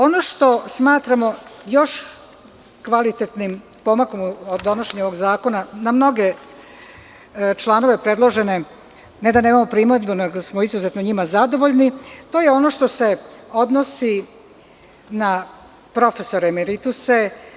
Ono što smatramo još kvalitetnim pomakom od donošenja ovog zakona na mnoge članove predložene, ne da nemamo primedbu nego smo izuzetno njima zadovoljni, to je ono što se odnosi na profesore merituse.